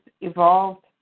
evolved